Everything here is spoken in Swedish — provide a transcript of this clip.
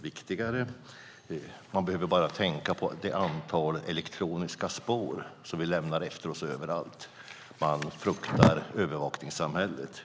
viktigare. Vi behöver bara tänka på det antal elektroniska spår som vi lämnar efter oss överallt; man fruktar övervakningssamhället.